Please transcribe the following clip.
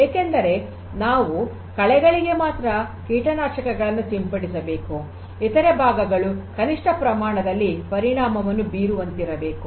ಏಕೆಂದರೆ ನಾವು ಕಳೆಗಳಿಗೆ ಮಾತ್ರ ಕೀಟನಾಶಕಗಳನ್ನು ಸಿಂಪಡಿಸಬೇಕು ಇತರೆ ಭಾಗಗಳು ಕನಿಷ್ಠ ಪ್ರಮಾಣದಲ್ಲಿ ಪರಿಣಾಮವನ್ನು ಬೀರುವಂತಿರಬೇಕು